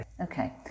Okay